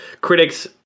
critics